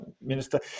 Minister